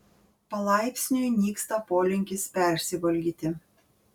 palaipsniui nyksta polinkis persivalgyti